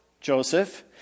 Joseph